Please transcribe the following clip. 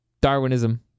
Darwinism